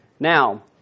Now